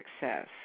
success